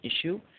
issue